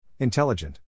Intelligent